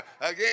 again